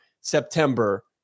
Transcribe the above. September